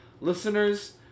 Listeners